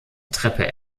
treppe